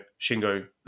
Shingo